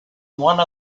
one